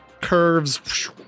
curves